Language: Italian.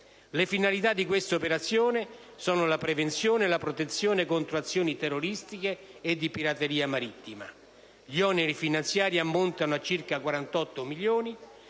Le finalità di queste operazioni sono la prevenzione e la protezione contro azioni terroristiche e di pirateria marittima. Gli oneri finanziari relativi ammontano a circa 48 milioni